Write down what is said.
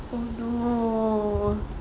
oh no